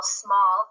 small